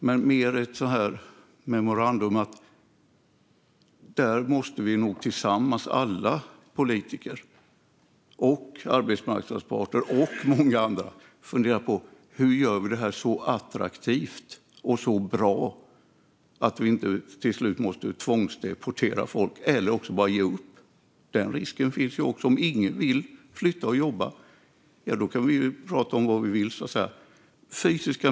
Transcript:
Det är mer ett memorandum om att där måste vi nog tillsammans, alla politiker och arbetsmarknadens parter och många andra, fundera på hur vi gör det här så attraktivt och så bra att vi inte till slut måste tvångsdeportera folk - eller bara ge upp. Den risken finns ju också. Om ingen vill flytta och jobba kan vi ju prata om vad vi vill.